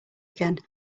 again